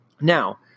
Now